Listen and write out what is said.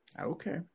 Okay